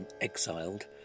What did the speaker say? exiled